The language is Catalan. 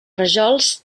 rajols